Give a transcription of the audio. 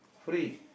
free